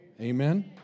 Amen